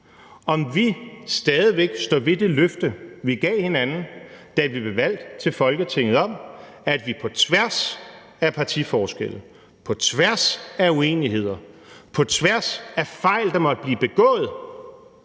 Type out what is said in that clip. Om vi stadig væk står ved det løfte, vi gav hinanden, da vi blev valgt til Folketinget, om, at vi på tværs af partiforskelle, på tværs af uenigheder, på tværs af fejl, som måtte blive begået,